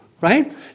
right